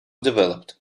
developed